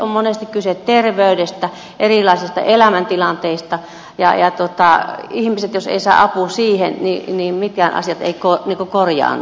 on monesti kyse terveydestä erilaisista elämäntilanteista ja jos ihmiset eivät saa apua siihen niin mitkään asiat eivät korjaannu